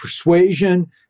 persuasion